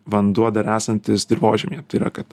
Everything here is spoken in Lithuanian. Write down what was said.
vanduo dar esantis dirvožemyje tai yra kad